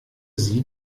sie